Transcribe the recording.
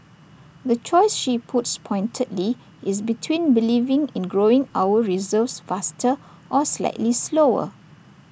the choice she puts pointedly is between believing in growing our reserves faster or slightly slower